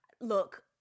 look